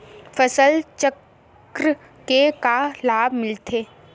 फसल चक्र से का लाभ मिलथे?